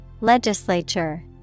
Legislature